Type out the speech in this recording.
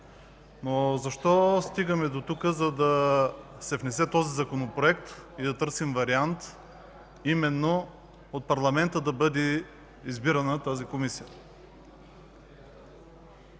Но защо стигаме дотук – да се внесе този законопроект и да търсим варианти именно от парламента да бъде избираната тази Комисия?